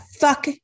fuck